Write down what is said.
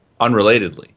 unrelatedly